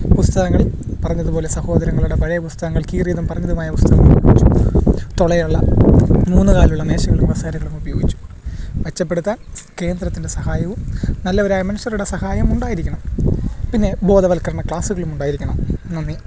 പുസ്തകങ്ങളിൾ പറഞ്ഞതുപോലെ സഹോദരങ്ങളുടെ പഴയ പുസ്തകങ്ങൾ കീറിയതും പറിഞ്ഞതുമായ പുസ്തകങ്ങൾ ഉപയോഗിച്ചും തുളയുള്ള മൂന്നു കാലുള്ള മേശകളും കസേരകളും ഉപയോഗിച്ചും മെച്ചപ്പെടുത്താൻ കേന്ദ്രത്തിൻ്റെ സഹായവും നല്ലവരായ മനുഷ്യരുടെ സഹായവും ഉണ്ടായിരിക്കണം പിന്നെ ബോധവൽക്കരണ ക്ലാസ്സുകളുമുണ്ടായിരിക്കണം നന്ദി